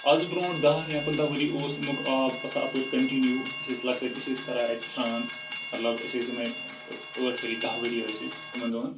آز برونٛہہ دہ یا پنٛداہ ؤری اوس اَمیُک آب وَسان اَپٲرۍ کَنٹِنیو أسۍ ٲسۍ لۄکٕٹۍ أسۍ ٲسۍ کران اَتہِ سرٛان مطلب أسۍ ٲسۍ یِمٕے ٲٹھ ؤری دہ ؤری ٲسۍ أسۍ تِمن دۄہَن